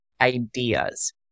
ideas